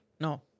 no